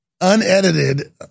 unedited